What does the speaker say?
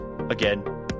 Again